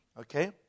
Okay